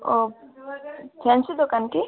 ଓ fancy ଦୋକାନ କି